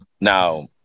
Now